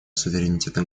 суверенитета